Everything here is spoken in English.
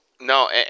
No